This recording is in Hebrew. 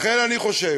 לכן אני חושב